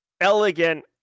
elegant